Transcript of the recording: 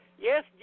Yes